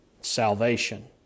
salvation